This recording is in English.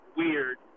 weird